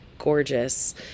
gorgeous